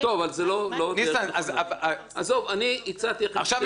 תשאל את עיסאווי.